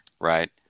right